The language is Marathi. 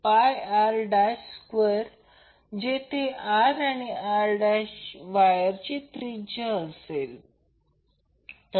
म्हणून 3 3 रद्द केले जाईल ते R VL 2 VL 2 असेल तर हे समीकरण 2 आहे